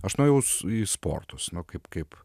aš nuėjau į sportus nu kaip kaip